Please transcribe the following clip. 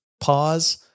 pause